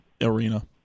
arena